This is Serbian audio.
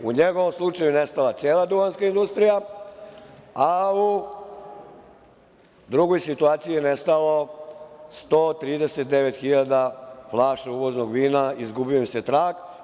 U njegovom slučaju je nestala cela duvanska industrija, a u drugoj situaciji je nestalo 139 hiljada flaša uvoznog vina, izgubio im se trag.